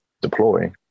deploy